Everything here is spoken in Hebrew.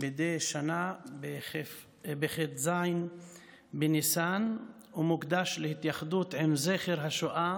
מדי שנה בכ"ז בניסן ומוקדש להתייחדות עם זכר השואה